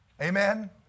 Amen